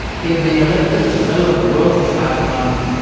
he had been elected as a fellow of the royal society of london,